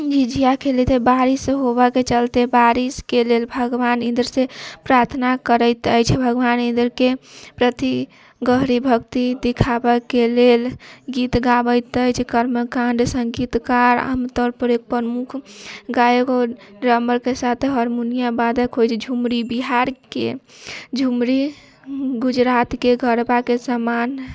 झिझिया खेलैत हय बारिश होबऽके चलते बारिशके लेल भगवान इन्द्रसँ प्रार्थना करैत अछि भगवान इन्द्रके प्रति गहरी भक्ति दिखाबऽके लेल गीत गाबति अछि कर्मकाण्ड सङ्गीतकार आमतौरपर मुख्य गायक ड्रामऽके साथ हारमोनियम बादक होइ छै झुमरी बिहारके झुमरी गुजरातके गरबाके समान